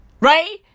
Right